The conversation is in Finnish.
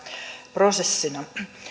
prosessina